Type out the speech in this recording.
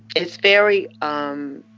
it's very, um